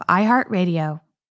iHeartRadio